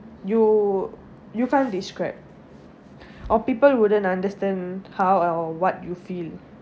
you you can't describe or people wouldn't understand how or what you feel